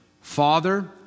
father